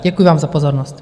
Děkuji vám za pozornost.